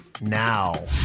now